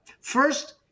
First